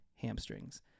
hamstrings